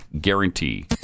guarantee